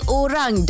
orang